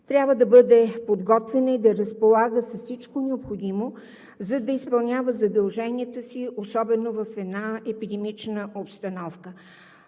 трябва да бъде подготвена и да разполага с всичко необходимо, за да изпълнява задълженията си, особено в една епидемична обстановка.